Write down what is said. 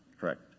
correct